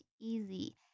easy